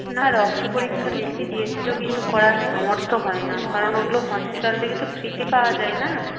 না রক্ত পরীক্ষা লিখে দিয়েছিল কিন্তু করার সামর্থ্য হয় না কারণ ওগুলো হসপিটাল থেকে তো ফ্রিতে পাওয়া যায় না